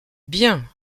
bien